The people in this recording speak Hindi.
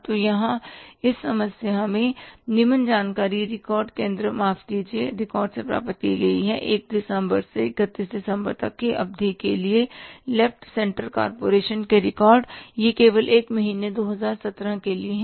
तो यहां इस समस्या में निम्न जानकारी रिकॉर्ड केंद्र माफ कीजिए रिकॉर्ड से प्राप्त की गई है 1 दिसंबर से 31 दिसंबर तक की अवधि के लिए लेफ्ट सेंटर कॉरपोरेशन के रिकॉर्ड यह केवल एक महीने 2017 के लिए है